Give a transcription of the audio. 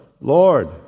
Lord